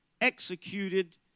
executed